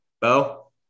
Bo